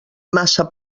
massa